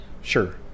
Sure